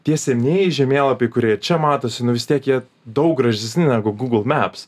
tie senieji žemėlapiai kurie čia matosi nu vis tiek jie daug gražesni negu google maps